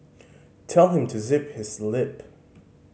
tell him to zip his lip